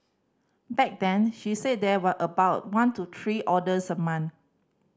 back then she said there were about one to three orders a month